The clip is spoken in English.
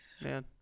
Man